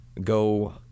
go